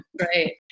Right